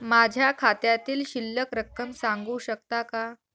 माझ्या खात्यातील शिल्लक रक्कम सांगू शकता का?